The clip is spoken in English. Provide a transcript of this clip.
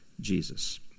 Jesus